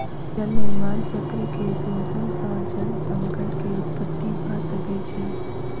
जल निर्माण चक्र के शोषण सॅ जल संकट के उत्पत्ति भ सकै छै